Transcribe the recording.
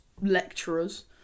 lecturers